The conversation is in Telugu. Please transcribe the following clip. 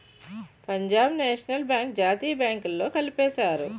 పంజాబ్ నేషనల్ బ్యాంక్ జాతీయ బ్యాంకుల్లో కలిపేశారు